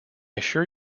assure